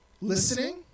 listening